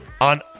on